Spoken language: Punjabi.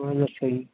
ਹੋਰ ਦੱਸੋ ਜੀ